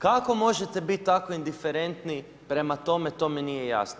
Kako možete biti tako indiferentni prema tome, to mi nije jasno.